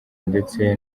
ndetse